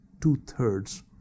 two-thirds